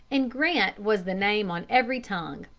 and grant was the name on every tongue.